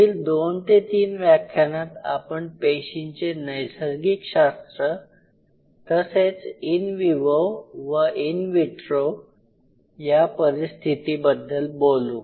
पुढील दोन ते तीन व्याख्यानात आपण पेशींचे नैसर्गिक शास्त्र तसेच इन विवो व इन विट्रो या परिस्थितीबद्दल बोलू